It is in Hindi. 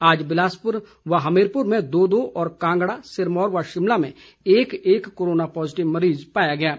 आज बिलासपुर व हमीरपुर में दो दो और कांगड़ा सिरमौर व शिमला में एक एक कोरोना पॉजिटिव मरीज पाया गया है